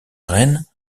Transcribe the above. rennes